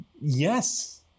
Yes